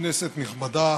כנסת נכבדה,